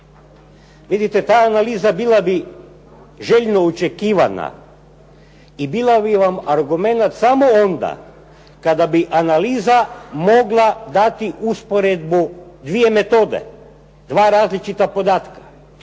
Vidite, ta analiza bila bi željno očekivana i bila bi vam argument samo onda kada bi analiza mogla dati usporedbu dvije metode, dva različita podatka: